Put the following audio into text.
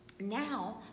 now